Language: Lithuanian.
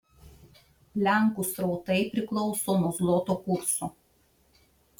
lenkų srautai priklauso nuo zloto kurso